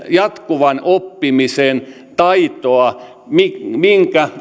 jatkuvan oppimisen taitoa minkä